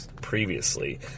previously